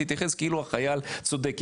תתייחס כאילו החייל צודק,